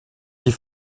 die